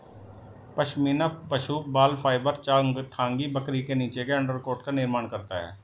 पश्मीना पशु बाल फाइबर चांगथांगी बकरी के नीचे के अंडरकोट का निर्माण करता है